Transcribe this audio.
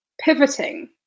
pivoting